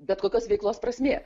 bet kokios veiklos prasmė